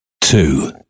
two